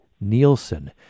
Nielsen